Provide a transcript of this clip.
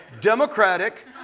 democratic